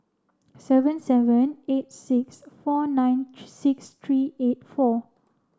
seven seven eight six four nine six three eight four